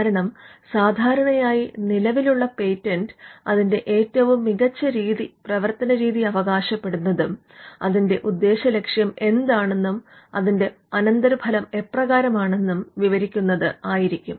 കാരണം സാധാരണയായി നിലവിലുള്ള പേറ്റന്റ് അതിന്റെ ഏറ്റവും മികച്ച രീതി പ്രവർത്തന രീതി അവകാശപ്പെടുന്നതും അതിന്റെ ഉദ്ദേശലക്ഷ്യം എന്താണെന്നും അതിന്റെ അനന്തരഫലം എപ്രകാരമാണെന്നും വിവരിക്കുന്നതായിരിക്കും